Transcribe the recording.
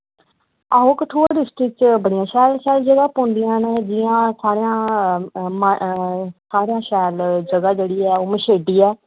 आहो कठुआ डिस्ट्रिक्ट च बड़ी शैल शैल जगह पौंदियां न जि'यां सारें सारें शा शैल जगह जेह्ड़ी ऐ ओह् मच्छेडी ऐ